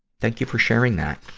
thank you for sharing that.